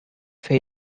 face